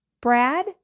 Brad